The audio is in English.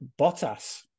Bottas